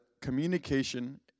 communication